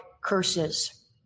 curses